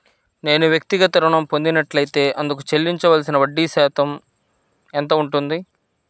నేను వ్యక్తిగత ఋణం పొందినట్లైతే అందుకు చెల్లించవలసిన వడ్డీ ఎంత శాతం ఉంటుంది?